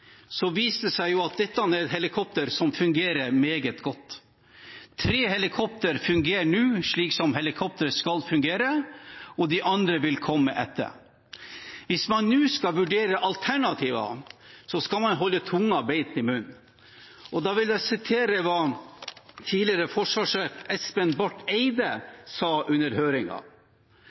det seg at dette er et helikopter som fungerer meget godt. Tre helikoptre fungerer nå slik som helikoptret skal fungere, og de andre vil komme etter. Hvis man nå skal vurdere alternativer, skal man holde tunga beint i munnen. Da vil jeg vise til hva tidligere forsvarssjef Espen Barth Eide sa under